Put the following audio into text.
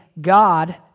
God